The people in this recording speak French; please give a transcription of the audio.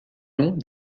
noms